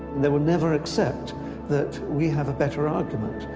they will never accept that we have a better argument.